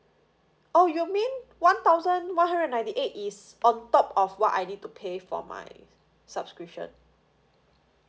orh you mean one thousand one hundred ninety eight is on top of what I need to pay for my subscription